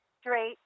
straight